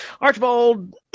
Archibald